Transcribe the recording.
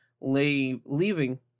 leaving